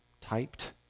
typed